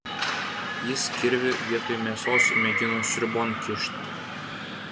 jis kirvį vietoj mėsos mėgino sriubon kišti